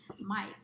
Mike